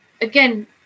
Again